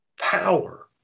power